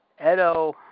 Edo